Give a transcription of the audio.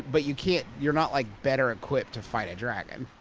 but you can't you're not, like, better equipped to fight a dragon.